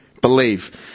believe